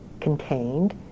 contained